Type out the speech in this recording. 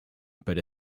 but